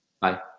Bye